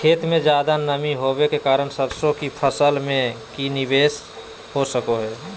खेत में ज्यादा नमी होबे के कारण सरसों की फसल में की निवेस हो सको हय?